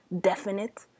definite